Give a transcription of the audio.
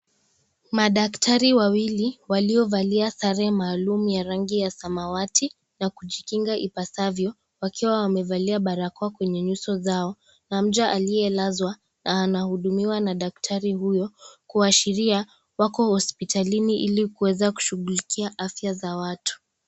Madaktari wawili waliovalia sare maalum ya rangi ya zamawati na kujikinga ipasavyo, wakiwa wamevalia barakoa kwenye nyuso zao, na mja aliyelazwa anahudumiwa na daktari huyo kuashiria wako hospitalini ili kushughululikia afya za watu.